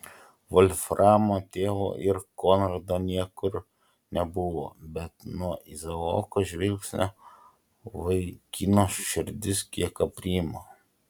volframo tėvo ir konrado niekur nebuvo bet nuo izaoko žvilgsnio vaikino širdis kiek aprimo